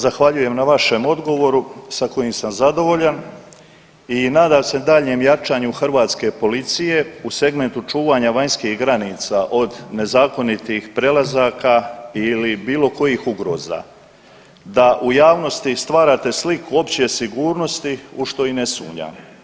Zahvaljujem na vašem odgovoru sa kojim sam zadovoljan i nadam se daljnjem jačanju hrvatske policije u segmentu čuvanja vanjskih granica od nezakonitih prelazaka ili bilo kojih ugroza, da u javnosti stvarate sliku opće sigurnosti u što i ne sumnjam.